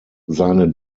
seine